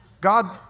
God